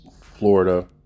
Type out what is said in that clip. Florida